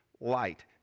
light